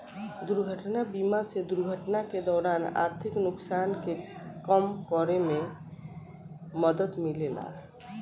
दुर्घटना बीमा से दुर्घटना के दौरान आर्थिक नुकसान के कम करे में मदद मिलेला